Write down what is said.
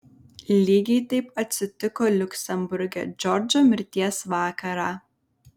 lygiai taip atsitiko liuksemburge džordžo mirties vakarą